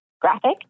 graphic